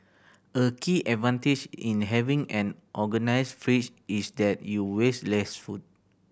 a key advantage in having an organised fridge is that you waste less food